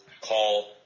call